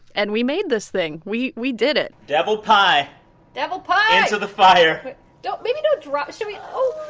and we made this thing. we we did it devil pie devil pie into the fire don't maybe don't drop should we. oh,